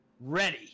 Ready